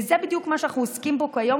וזה בדיוק מה שאנחנו עוסקים בו כיום,